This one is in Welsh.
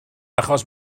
achos